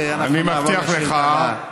ואנחנו נעבור לשאילתה הבאה.